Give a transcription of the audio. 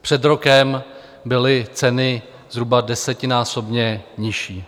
Před rokem byly ceny zhruba desetinásobně nižší.